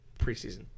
preseason